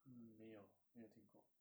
mm 没有没有听过